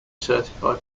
certified